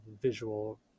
visual